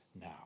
now